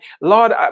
Lord